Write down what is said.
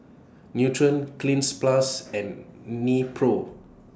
Nutren Cleanz Plus and Nepro